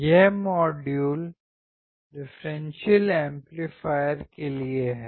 यह module differential amplifier के लिए है